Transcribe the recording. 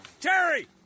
Terry